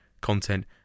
content